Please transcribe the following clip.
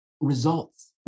results